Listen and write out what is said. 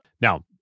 Now